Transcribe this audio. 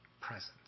presence